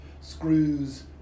screws